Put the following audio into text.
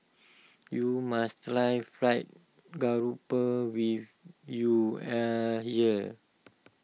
you must try Fried Grouper when you are here